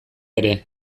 ere